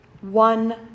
one